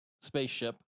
spaceship